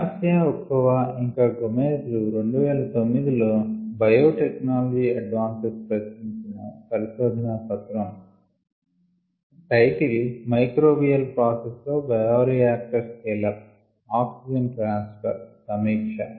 Garcia Ochoa ఇంకా Gomez లు 2009 లో 'బయోటెక్నాలజీ అడ్వాంసెస్' ప్రచురించిన పరిశోధనా పత్రం శీర్షిక మైక్రోబియల్ ప్రాసెస్ లో bioreactor scale up oxygen transfer సమీక్ష